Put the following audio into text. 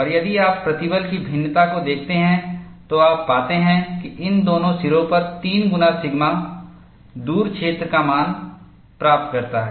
और यदि आप प्रतिबल की भिन्नता को देखते हैं तो आप पाते हैं कि इन दोनों सिरों पर 3 गुना सिग्मा दूर क्षेत्र का मान प्राप्त करता है